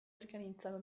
organizzano